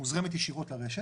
מוזרמת ישירות לרש,